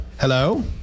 hello